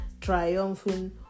Triumphing